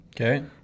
Okay